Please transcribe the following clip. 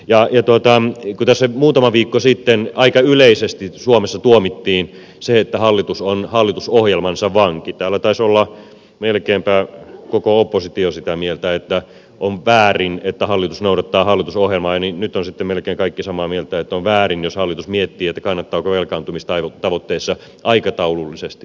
kun tässä muutama viikko sitten aika yleisesti suomessa tuomittiin se että hallitus on hallitusohjelmansa vanki täällä taisi olla melkeinpä koko oppositio sitä mieltä että on väärin että hallitus noudattaa hallitusohjelmaa niin nyt ovat sitten melkein kaikki samaa mieltä että on väärin jos hallitus miettii kannattaako velkaantumistavoitteessa aikataulullisesti pysyä